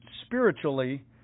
spiritually